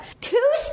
Two